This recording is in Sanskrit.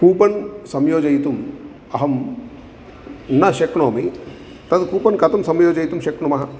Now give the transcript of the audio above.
कूपन् संयोजयितुम् अहं न शक्नोमि तत् कूपन् कथं संयोजयितुं शक्नुमः